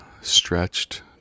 stretched